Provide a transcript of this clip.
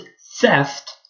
theft